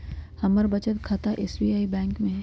हमर बचत खता एस.बी.आई बैंक में हइ